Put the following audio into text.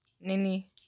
Nini